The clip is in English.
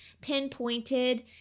pinpointed